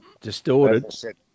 distorted